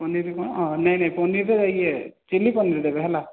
ପନିର୍ କ'ଣ ନାଇଁ ନାଇଁ ପନିର୍ ଇଏ ଚିଲି ପନିର୍ ଦେବେ ହେଲା